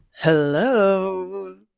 Hello